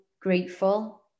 grateful